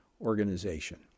organization